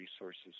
Resources